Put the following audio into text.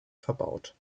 verbaut